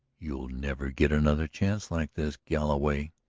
you'll never get another chance like this, galloway,